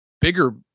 bigger